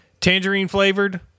tangerine-flavored